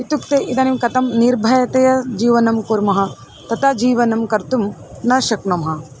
इत्युक्ते इदानीं कथं निर्भयतया जीवनं कुर्मः तथा जीवनं कर्तुं न शक्नुमः